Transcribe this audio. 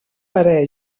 parer